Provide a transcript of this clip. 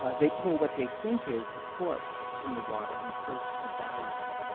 ah they pull what they think is a corpse from the water in search of valuables.